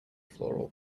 floral